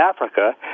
Africa